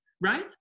right